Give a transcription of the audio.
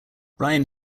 ryan